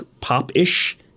pop-ish